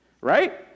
right